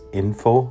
info